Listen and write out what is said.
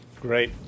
Great